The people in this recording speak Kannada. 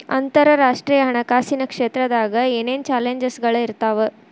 ಅಂತರರಾಷ್ಟ್ರೇಯ ಹಣಕಾಸಿನ್ ಕ್ಷೇತ್ರದಾಗ ಏನೇನ್ ಚಾಲೆಂಜಸ್ಗಳ ಇರ್ತಾವ